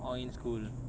oh in school